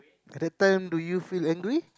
at that time do you feel angry